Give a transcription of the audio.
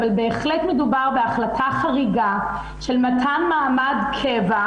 אבל בהחלט מדובר בהחלטה חריגה של מתן מעמד קבע,